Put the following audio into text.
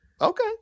Okay